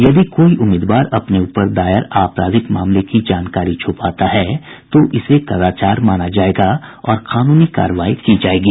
यदि कोई उम्मीदवार अपने ऊपर दायर आपराधिक मामले की जानकारी छुपाता है तो इसे कदाचार माना जायेगा और कानूनी कार्रवाई की जायेगी